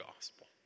gospel